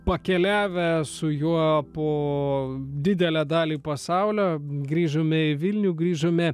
pakeliavę su juo po didelę dalį pasaulio grįžome į vilnių grįžome